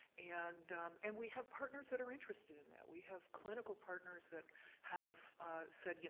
and and we have partners that are interested in that, we have clinical partners that have said, you know